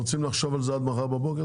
אתם רוצים לחשוב על זה עד מחר בבוקר?